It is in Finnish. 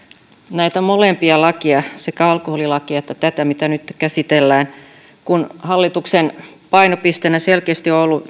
näitä molempia lakeja sekä alkoholilakia että tätä mitä nyt käsitellään kun hallituksen painopisteenä selkeästi